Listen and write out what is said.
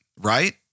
right